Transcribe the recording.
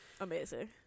amazing